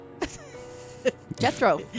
Jethro